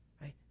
right